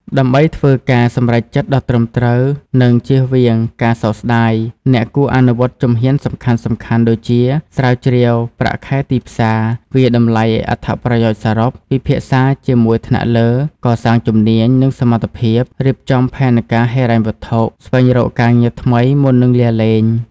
ដើម្បីធ្វើការសម្រេចចិត្តដ៏ត្រឹមត្រូវ និងចៀសវាងការសោកស្ដាយ អ្នកគួរអនុវត្តជំហានសំខាន់ៗដូចជា ស្រាវជ្រាវប្រាក់ខែទីផ្សារ វាយតម្លៃអត្ថប្រយោជន៍សរុប ពិភាក្សាជាមួយថ្នាក់លើ កសាងជំនាញ និងសមត្ថភាព រៀបចំផែនការហិរញ្ញវត្ថុ ស្វែងរកការងារថ្មីមុននឹងលាលែង។